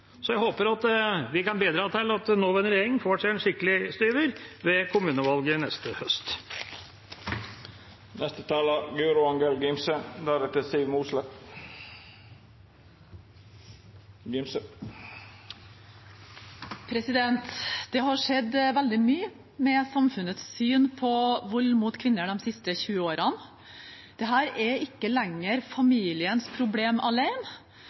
så vi har gode prognoser. Jeg håper at vi kan bidra til at den nåværende regjeringa får seg en skikkelig styver ved kommunevalget neste høst. Det har skjedd veldig mye med samfunnets syn på vold mot kvinner de siste 20 årene. Dette er ikke lenger familiens problem alene;